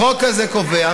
החוק הזה קובע,